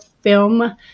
film